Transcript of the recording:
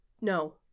no